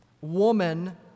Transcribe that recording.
woman